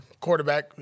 quarterback